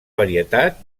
varietat